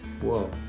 Whoa